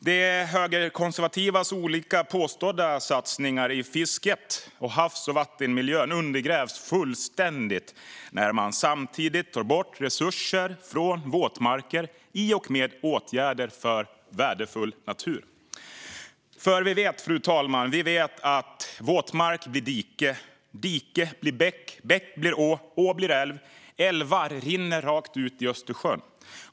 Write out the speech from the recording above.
De högerkonservativas olika påstådda satsningar på fisket och havs och vattenmiljön undergrävs fullständigt när man samtidigt tar bort resurser från våtmarker i och med åtgärder för värdefull natur. För vi vet att våtmark blir dike, dike blir bäck, bäck blir å, å blir älv och älvar rinner rakt ut i Östersjön.